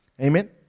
Amen